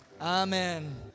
Amen